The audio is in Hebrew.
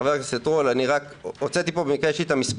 חבר הכנסת רול, במקרה יש לי פה את המספרים.